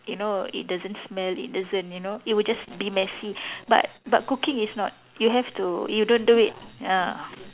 you know it doesn't smell it doesn't you know it would just be messy but but cooking is not you have to you don't do it ah